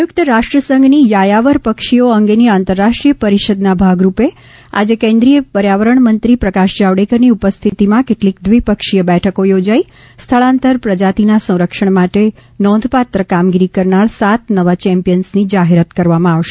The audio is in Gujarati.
સંયુક્ત રાષ્ટ્રસંઘની યાયાવર પક્ષીઓ અંગેની આંતરરાષ્ટ્રિય પરિષદના ભાગરૂપે આજે કેન્દ્રિય પર્યાવરણ મંત્રી પ્રકાશ જાવડેકરની ઉપસ્થિતિમાં કેટલીક દ્વિપક્ષીય બેઠકો યોજાઈ સ્થળાંતર પ્રજાતિના સંરક્ષણ માટે નોંધપાત્ર કામગીરી કરનાર સાત નવા ચેમ્પિયન્સની જાહેરાત કરવામાં આવશે